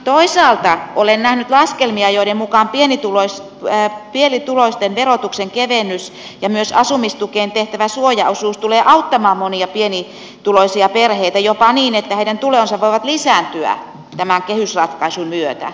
toisaalta olen nähnyt laskelmia joiden mukaan pienituloisten verotuksen kevennys ja myös asumistukeen tehtävä suojaosuus tulee auttamaan monia pienituloisia perheitä jopa niin että heidän tulonsa voivat lisääntyä tämän kehysratkaisun myötä